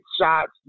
shots